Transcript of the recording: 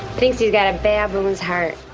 thinks you got a fabulous heart.